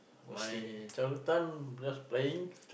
my childhood time just playing